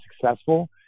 successful